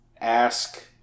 ask